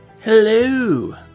Hello